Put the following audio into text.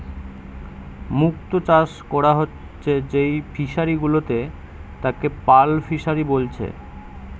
মুক্ত চাষ কোরা হচ্ছে যেই ফিশারি গুলাতে তাকে পার্ল ফিসারী বলছে